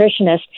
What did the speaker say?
nutritionist